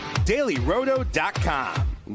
dailyroto.com